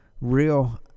real